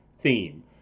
theme